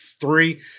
three